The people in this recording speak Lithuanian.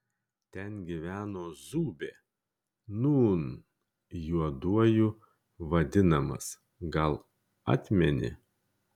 ten gyveno zūbė nūn juoduoju vadinamas gal atmeni